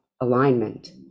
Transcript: alignment